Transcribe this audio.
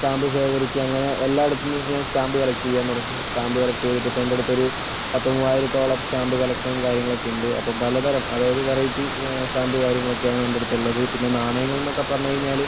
stamp ശേഖരിച്ച് അങ്ങനെ എല്ലായിടത്തും നിന്ന് ഞാൻ സ്റ്റാമ്പ് കളക്ട് ചെയ്യാൻ തുടങ്ങി സ്റ്റാമ്പ് കളക്ട് ചെയ്തിട്ട് ഇപ്പം എൻ്റെടുത്തൊരു പത്ത് മൂവായിരത്തോളം സ്റ്റാമ്പ് കളക്ഷൻ കാര്യങ്ങളൊക്കെ ഉണ്ട് അപ്പോൾ പലതരം അതായത് വെറൈറ്റി സ്റ്റാമ്പ് കാര്യങ്ങളെക്കെയാണ് എൻ്റെടുത്ത് ഉള്ളത് പിന്നെ നാണയങ്ങൾ എന്നൊക്കെ പറഞ്ഞ് കഴിഞ്ഞാല്